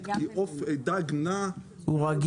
ליברלית, אוסרת למכור, כי דג נא הוא הרבה יותר